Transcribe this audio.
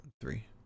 three